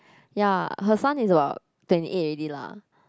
ya her son is about twenty eight already lah